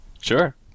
sure